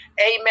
Amen